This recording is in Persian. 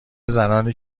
زنانی